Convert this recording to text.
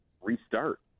restart